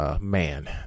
man